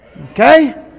Okay